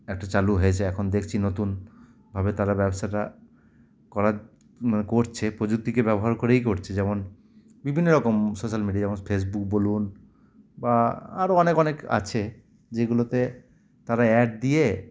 একটা চালু হয়েছে এখন দেখছি নতুনভাবে তারা ব্যবসাটা করার মানে করছে প্রযুক্তিকে ব্যবহার করেই করছে যেমন বিভিন্ন রকম সোশ্যাল মিডিয়া যেমন ফেসবুক বলুন বা আরও অনেক অনেক আছে যেগুলোতে তারা অ্যাড দিয়ে